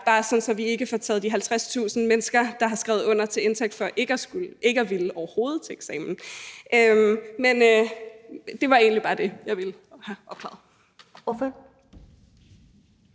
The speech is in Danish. bare sådan, at vi ikke får taget de 50.000 mennesker, der har skrevet under, til indtægt for overhovedet ikke at ville til eksamen. Men det var egentlig bare det, jeg ville have opklaret.